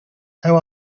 how